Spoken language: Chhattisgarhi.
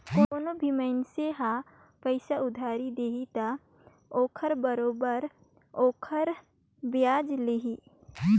कोनो भी मइनसे ह पइसा उधारी दिही त ओखर बरोबर ओखर बियाज लेही